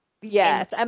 Yes